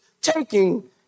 taking